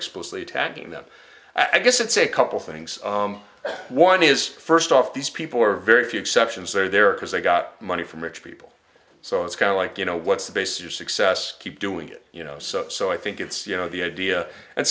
explicitly tagging them i guess it's a couple things one is first off these people are very few exceptions are there because they got money from rich people so it's kind of like you know what's the base your success keep doing it you know so so i think it's you know the idea and